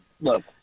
Look